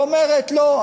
ואומרת: לא,